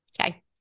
okay